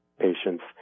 patient's